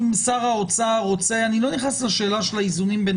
אם שר האוצר רוצה אני לא נכנס לשאלה של האיזונים בין